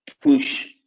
push